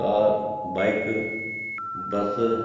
car bike bus